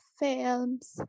films